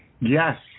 Yes